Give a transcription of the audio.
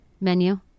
menu